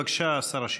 בבקשה, שר השיכון.